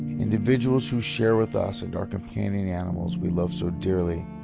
individuals who share with us and our companion animals we love so dearly,